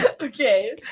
Okay